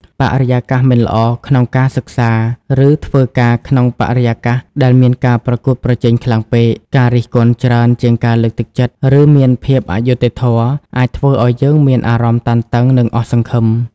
បរិយាកាសមិនល្អការក្នុងសិក្សា ឬធ្វើការក្នុងបរិយាកាសដែលមានការប្រកួតប្រជែងខ្លាំងពេក ការរិះគន់ច្រើនជាងការលើកទឹកចិត្ត ឬមានភាពអយុត្តិធម៌ អាចធ្វើឲ្យយើងមានអារម្មណ៍តានតឹង និងអស់សង្ឃឹម។